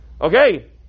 Okay